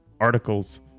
articles